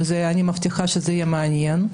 ואני מבטיחה שזה יהיה מעניין,